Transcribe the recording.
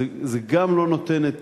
זה גם לא נותן את